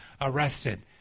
arrested